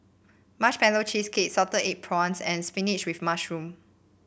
Marshmallow Cheesecake Salted Egg Prawns and spinach with mushroom